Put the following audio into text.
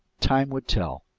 time would tell.